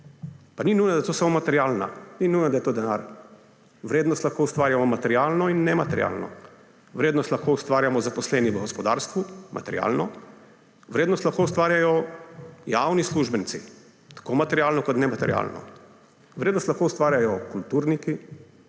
Pa ni nujno, da je to samo materialna, ni nujno, da je to denar. Vrednost lahko ustvarjamo materialno in nematerialno. Vrednost lahko ustvarjamo zaposleni v gospodarstvu materialno, vrednost lahko ustvarjajo javni uslužbenci tako materialno kot nematerialno. Vrednost lahko ustvarjajo kulturniki,